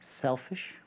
selfish